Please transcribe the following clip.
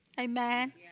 Amen